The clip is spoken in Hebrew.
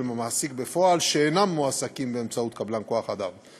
המעסיק בפועל שאינם מועסקים באמצעות קבלן כוח אדם.